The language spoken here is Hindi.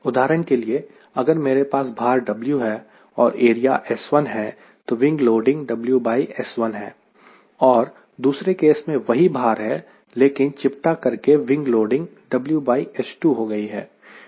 उदाहरण के लिए अगर मेरे पास भार W है और एरिया S1 है तो विंग लोडिंग WS1 है और दूसरे केस में वही भार है लेकिन इसे चिपटा करके विंग लोडिंग WS2 हो गई है